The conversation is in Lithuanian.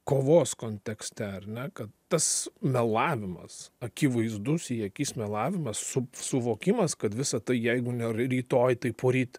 kovos kontekste ar ne kad tas melavimas akivaizdus į akis melavimas suvokimas kad visa tai jeigu ne rytoj tai poryt